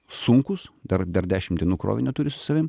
sunkūs dar dar dešimt dienų krovinio turi su savim